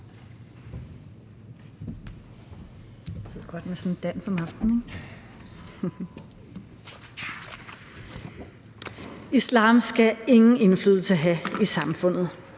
Islam skal ingen indflydelse have i samfundet.